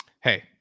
Hey